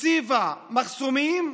הציבה מחסומים,